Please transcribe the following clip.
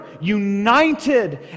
united